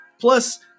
Plus